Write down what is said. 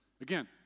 Again